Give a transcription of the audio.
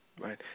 Right